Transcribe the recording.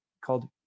called